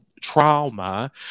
trauma